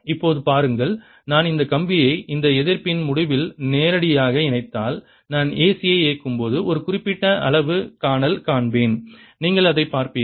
இப்போது பாருங்கள் நான் இந்த கம்பியை இந்த எதிர்ப்பின் முடிவில் நேரடியாக இணைத்தால் நான் AC யை இயக்கும்போது ஒரு குறிப்பிட்ட அளவு காணல் காண்பேன் நீங்கள் அதைப் பார்ப்பீர்கள்